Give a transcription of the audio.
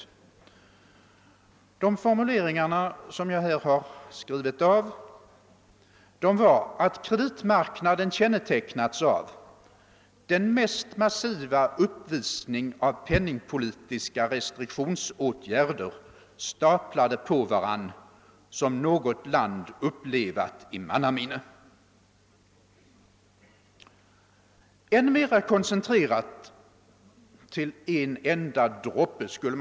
De formuleringarna, som jag här har skrivit av, var att kreditmarknaden kännetecknats av »den mest massiva uppvisning av penningpolitiska = restriktionsåtgärder, staplade på varann, som något land upplevat i mannaminne». Än mera koncentrerat — till en enda droppe skull?